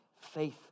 faith